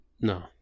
No